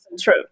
true